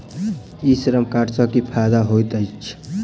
ई श्रम कार्ड सँ की फायदा होइत अछि?